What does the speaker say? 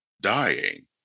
dying